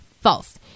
False